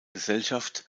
gesellschaft